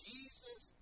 Jesus